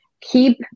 keep